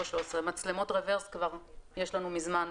כל זה במסגרת נוהל 03-13. מצלמות רברס כבר יש לנו מזמן.